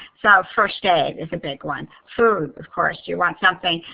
so, first aid is a big one. food, of course, you want something,